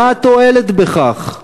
מה התועלת בכך?